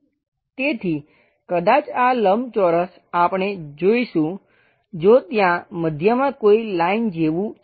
તેથી કદાચ આ લંબચોરસ આપણે જોઈશું જો ત્યાં મધ્યમાં કોઈ લાઈન જેવું છે